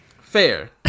Fair